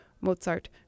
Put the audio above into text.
Mozart